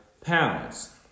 pounds